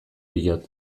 diot